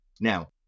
Now